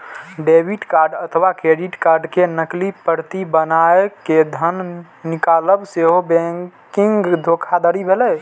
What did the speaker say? debit card अथवा credit card के नकली प्रति बनाय कें धन निकालब सेहो बैंकिंग धोखाधड़ी भेलै